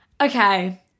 okay